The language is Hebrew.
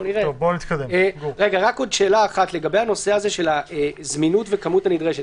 לגבי שאלת הזמינות והכמות הנדרשת,